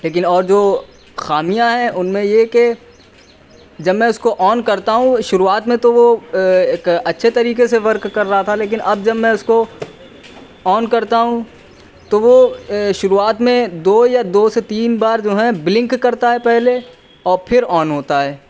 لیکن اور جو خامیاں ہیں ان میں یہ ہے کہ جب میں اس کو آن کرتا ہوں شروعات میں تو وہ ایک اچھے طریقے سے ورک کر رہا تھا لیکن اب جب میں اس کو آن کرتا ہوں تو وہ شروعات میں دو یا دو سے تین بار جو ہے بلنک کرتا ہے پہلے اور پھر آن ہوتا ہے